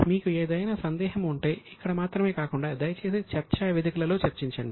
మీకు ఏదైనా సందేహం ఉంటే ఇక్కడ మాత్రమే కాకుండా దయచేసి చర్చా వేదికలలో చర్చించండి